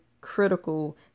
critical